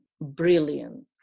brilliant